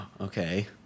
Okay